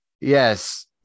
yes